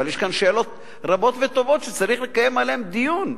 אבל יש כאן שאלות רבות וטובות שצריך לקיים עליהן דיון.